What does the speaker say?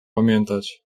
pamiętać